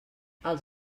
als